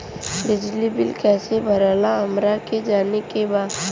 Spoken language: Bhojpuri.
बिजली बिल कईसे भराला हमरा के जाने के बा?